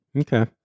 Okay